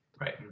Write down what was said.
Right